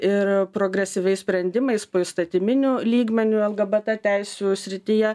ir progresyviais sprendimais poįstatyminiu lygmeniu lgbt teisių srityje